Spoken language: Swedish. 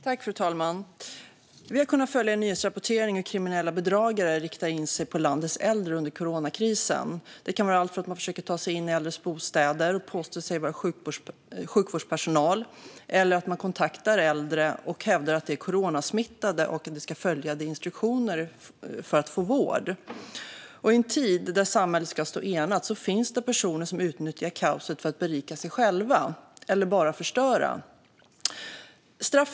Fru talman! Vi har kunnat följa nyhetsrapportering om hur kriminella bedragare riktar in sig på landets äldre under coronakrisen. Det kan handla om allt från att man försöker ta sig in i äldres bostäder och påstår sig vara sjukvårdspersonal till att man kontaktar äldre och hävdar att de är coronasmittade och ska följa instruktioner för att få vård. I en tid då samhället ska stå enat finns det personer som utnyttjar kaoset för att berika sig själva eller bara förstöra.